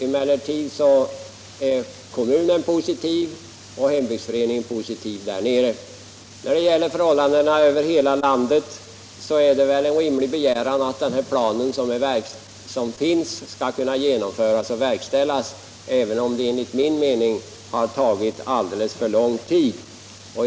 Emellertid är kommunen och hembygdsföreningen där nere positivt inställda. När det gäller förhållandena i hela landet är det väl en rimlig begäran att den plan som finns skall verkställas. Jag anser dock att detta har tagit alldeles för lång tid.